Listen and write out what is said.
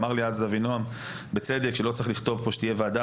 אמר לי אז אבינועם בצדק שלא צריך לכתוב פה שתהיה ועדה,